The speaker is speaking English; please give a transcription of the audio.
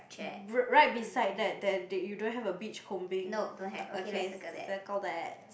r~ right beside that that you don't have a beach combing uh okay circle that